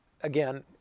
again